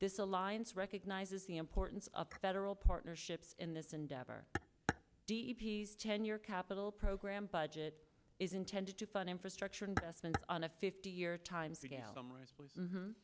this alliance recognizes the importance of federal partnerships in this endeavor capital program budget is intended to fund infrastructure investment on a fifty year time